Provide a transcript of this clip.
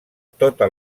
tota